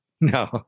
No